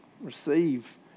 receive